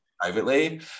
privately